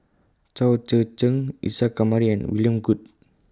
Chao Tzee Cheng Isa Kamari and William Goode